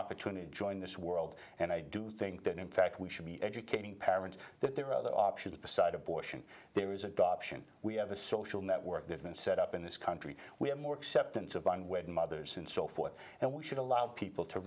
opportunity to join this world and i do think that in fact we should be educating parents that there are other options beside abortion there is adoption we have a social network movement set up in this country we have more acceptance of language mothers and so forth and we should allow people to